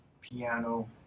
piano